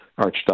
archdiocese